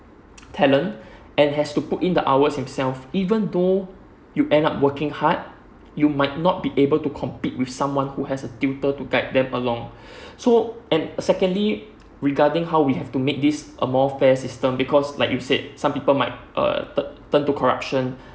talent and has to put in the hour themselves even though you end up working hard you might not be able to compete with someone who has a tutor to guide them along so and secondly regarding how we have to make this a more fair system because like you said some people might err tu~ turn to corruption